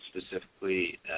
specifically